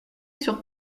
sur